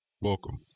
welcome